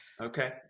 Okay